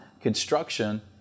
Construction